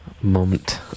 Moment